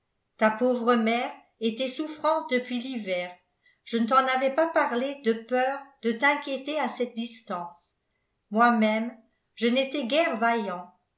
ta pauvre mère était souffrante depuis l'hiver je ne t'en avais pas parlé de peur de t'inquiéter à cette distance moi-même je n'étais guère vaillant